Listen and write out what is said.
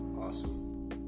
awesome